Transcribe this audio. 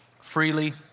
freely